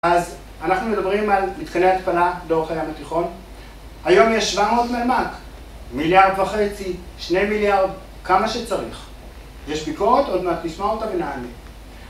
אז אנחנו מדברים על מתקני ההתפלה לאורך הים התיכון היום יש 700 ממ״ק מיליארד וחצי, שני מיליארד, כמה שצריך, יש ביקורת, עוד מעט נשמע אותה ונענה